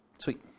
Sweet